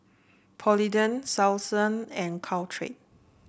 Polident Selsun and Caltrate